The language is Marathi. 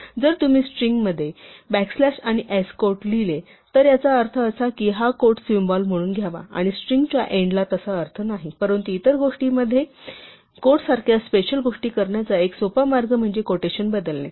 जर तुम्ही स्ट्रिंगच्या मध्ये बॅक स्लॅश आणि s क्वोट लिहिले तर याचा अर्थ असा की हा क्वोट्स सिम्बॉल म्हणून घ्यावा आणि स्ट्रिंगच्या एन्डला तसा अर्थ नाही परंतु इतर गोष्टी मध्ये क्वोट्स सारख्या स्पेशल गोष्टी करण्याचा एक सोपा मार्ग म्हणजे क्वोटेशन बदलणे